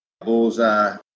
bullseye